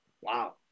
Wow